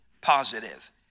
positive